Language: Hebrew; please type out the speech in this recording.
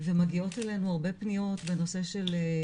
ומגיעות אלינו הרבה פניות להיוועצויות,